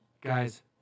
Guys